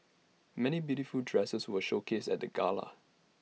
many beautiful dresses were showcased at the gala